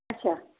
اچھا